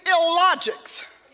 illogics